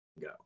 go